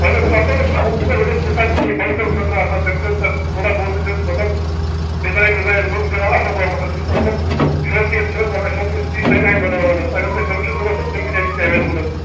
اہن حظ آسان حظ چھِ ونۍ گوٚو کُنہ ساتہ کینٛہہ فنٛگشن خٲطرٕ آسان تمہ خٲطرٕ تھوڑا بہت حظ أسۍ ڈِزاین وِزاین لُک دِوان اصل پہمَتھ مطلب شو کیس چھِ نہ حظ ونان شو کیس پیٖس تمہ آیہ بناوان حظ اگر تۄہہِ تِم چھو ضوٚرتھ تِم تہِ چھِ اَسہِ نِش اویلیبل حظ